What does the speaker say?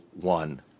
one